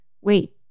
wait